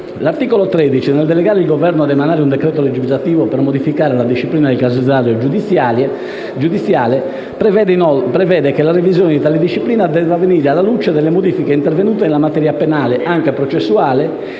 L'articolo 13, nel delegare il Governo ad emanare un decreto legislativo per modificare la disciplina del casellario giudiziale, prevede che tale revisione debba avvenire alla luce delle modifiche intervenute nella materia penale anche processuale